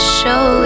show